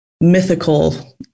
mythical